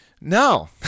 No